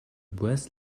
brass